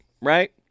right